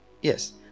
yes